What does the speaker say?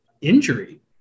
injury